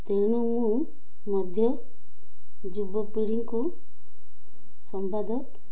ତେଣୁ ମୁଁ ମଧ୍ୟ ଯୁବପିଢ଼ିଙ୍କୁ ସମ୍ବାଦ